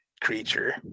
creature